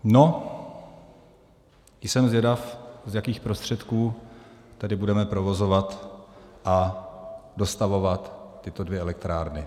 No, jsem zvědav, z jakých prostředků tedy budeme provozovat a dostavovat tyto dvě elektrárny.